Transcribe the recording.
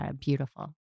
beautiful